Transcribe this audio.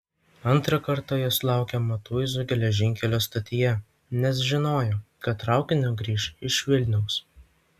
antrą kartą jos laukė matuizų geležinkelio stotyje nes žinojo kad traukiniu grįš iš vilniaus